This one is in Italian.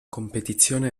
competizione